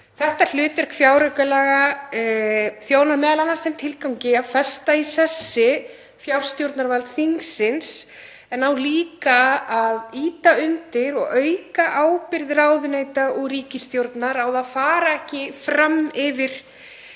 Þetta hlutverk fjáraukalaga þjónar m.a. þeim tilgangi að festa í sessi fjárstjórnarvald þingsins en á líka að ýta undir og auka ábyrgð ráðuneyta og ríkisstjórnar á að fara ekki fram yfir